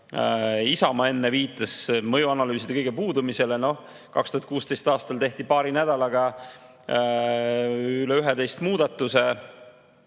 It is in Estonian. Isamaa enne viitas mõjuanalüüside ja kõige puudumisele. Noh, 2016. aastal tehti paari nädalaga üle 11 muudatuse.